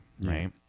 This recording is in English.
right